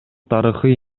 тарыхый